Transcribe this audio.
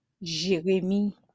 Jérémie